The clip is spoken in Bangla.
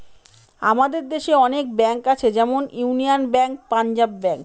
আমাদের দেশে অনেক ব্যাঙ্ক আছে যেমন ইউনিয়ান ব্যাঙ্ক, পাঞ্জাব ব্যাঙ্ক